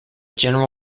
general